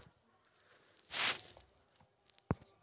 कच्चा केयीसना वापर भाजी आणि लोणचं बनाडाना करता करतंस